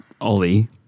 Ollie